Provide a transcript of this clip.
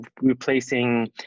replacing